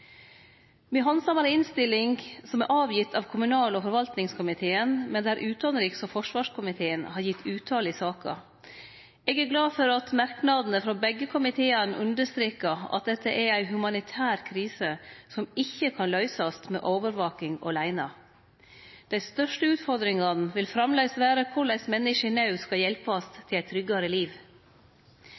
Me handsamar ei innstilling som er lagd fram av kommunal- og forvaltingskomiteen, men der utanriks- og forsvarskomiteen har gitt uttale i saka. Eg er glad for at merknadene frå begge komiteane understrekar at dette er ei humanitær krise som ikkje kan løysast med overvaking åleine. Dei største utfordringane vil framleis vere korleis menneske i naud skal hjelpast til eit tryggare liv.